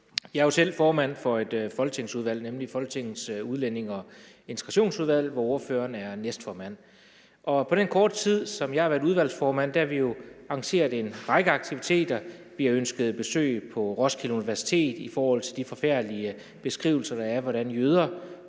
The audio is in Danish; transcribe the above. Jeg er jo selv formand for et folketingsvalg, nemlig Folketingets Udlændinge- og Integrationsudvalg, hvor ordføreren er næstformand. På den korte tid jeg har været udvalgsformand, har vi jo arrangeret en række aktiviteter. Vi har ønsket besøg på Roskilde Universitet i forhold til de forfærdelige beskrivelser, der er, af, hvordan jøder